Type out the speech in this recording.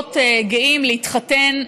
לזוגות גאים להתחתן